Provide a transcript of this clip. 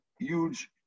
huge